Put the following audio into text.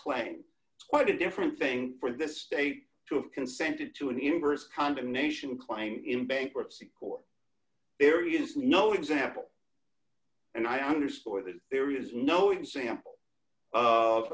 claim quite a different thing for the state to have consented to an inverse condemnation claim in bankruptcy court there is no example and i underscore that there is no example of